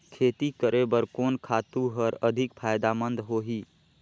खेती करे बर कोन खातु हर अधिक फायदामंद होही?